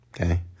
Okay